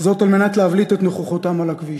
על מנת להבליט את נוכחותם על הכביש.